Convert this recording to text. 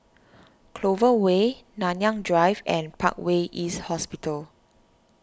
Clover Way Nanyang Drive and Parkway East Hospital